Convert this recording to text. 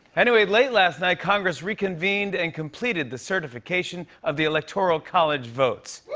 anyway, late last night, congress reconvened and completed the certification of the electoral college votes.